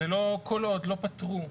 כל עוד לא פטרו,